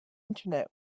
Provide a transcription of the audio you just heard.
internet